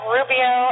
Rubio